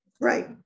Right